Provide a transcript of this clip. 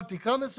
עד תקרה מסוימת,